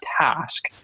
task